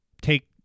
take